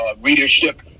readership